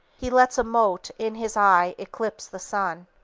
he lets a mote in his eye eclipse the sun.